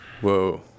Whoa